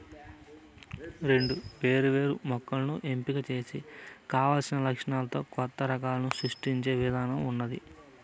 రెండు వేరు వేరు మొక్కలను ఎంపిక చేసి కావలసిన లక్షణాలతో కొత్త రకాలను సృష్టించే ఇధానం ఉన్నాది